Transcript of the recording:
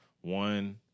One